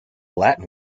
latin